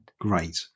Great